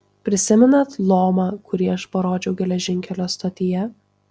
prisimenat lomą kurį aš parodžiau geležinkelio stotyje